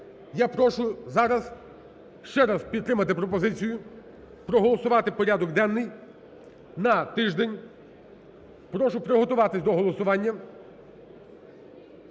я прошу зараз ще раз підтримати пропозицію проголосувати порядок денний на тиждень. Прошу приготуватися до голосування.